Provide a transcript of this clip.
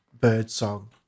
Birdsong